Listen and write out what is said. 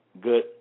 good